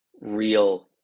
real